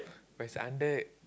but it's under